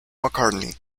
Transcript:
mccartney